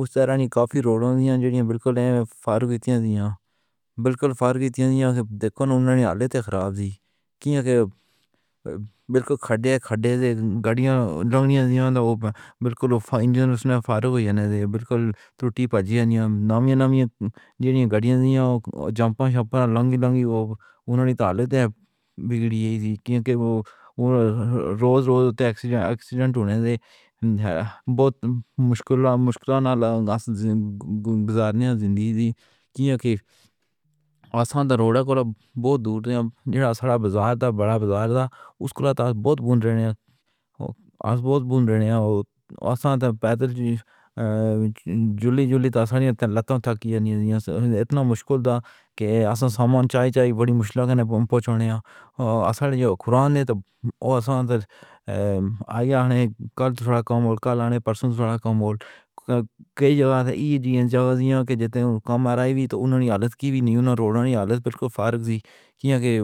اُس طرح کافی روڈاں ایہو جیہاں نیں جو بالکل ایویں فارغ ہوتیاں نیں، بالکل سُنی پئی ہوندی نیں۔ دیکھو نا، اُنہاں دی حالت خراب ایہو جیہی اے کہ بالکل کھڈے کھڈے وچ گاڑیاں لنگدیاں پھردیاں نیں۔ بالکل اوہ انجینئرز وی فارغ ہو کے ٹرٹے پھردے نیں۔ پرانے پرانے گاڑیاں جنہاں دے پہیے پھسلدے نیں، اُنہاں دی حالت وی بگڑی پئی اے کیوں کہ روز روز اکسیڈنٹ ہون لگ پئے نیں۔ بہت مشکلاں نال زندگی گزاری پئی اے کیوں کہ آسان والا روڈ وی کولوں بہت دور اے۔ جو سارا بازار تے وڈا اسکول ایتھے نیں، اوہ بہت بھونڈے نیں۔ آسان تے پیدل ہی جولیاں جولیاں تھک کے لُٹ پئے آں، اِنّے مشکل حالات نیں کہ آسان سامان چاہے چاہے بڑی محنت نال پہنچایا اے۔ آسان جو کم کروانا اے، اوہ وی کل تھوڑا جیہا تھلّے ہویا اے تے پرسوں ہور وی گھٹ ہویا اے۔ کئی تھاں تے تاں ایہو حال اے کہ کم آرائی وی نہیں ہوندی۔ روڈاں دی حالت بالکل سُنی پئی اے کیوں کہ